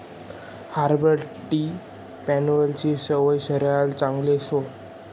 herbal tea पेवानी सवय शरीरले चांगली शे